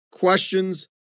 Questions